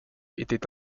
était